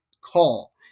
call